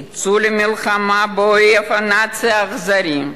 יצאו למלחמה באויב הנאצי האכזרי.